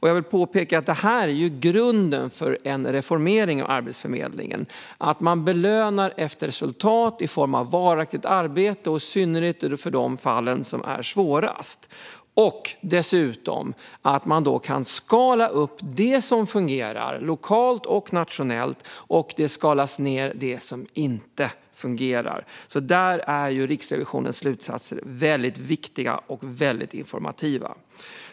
Jag vill påpeka att detta är grunden för en reformering av Arbetsförmedlingen: att man belönar ett resultat i form av varaktigt arbete, i synnerhet i de fall som är svårast, och dessutom kan skala upp det som fungerar, lokalt och nationellt, och skala ned det som inte fungerar. Där är Riksrevisionens slutsatser väldigt viktiga och väldigt informativa.